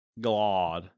Glad